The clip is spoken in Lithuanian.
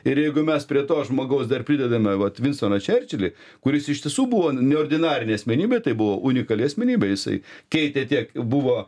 ir jeigu mes prie to žmogaus dar pridedame vat vinstoną čerčilį kuris iš tiesų buvo neordinarinė asmenybė tai buvo unikali asmenybė jisai keitė tiek buvo